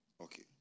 okay